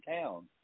town